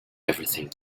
everything